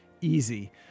Easy